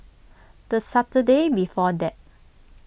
the Saturday before that